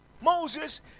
moses